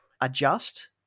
adjust